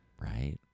Right